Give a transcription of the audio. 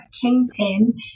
Kingpin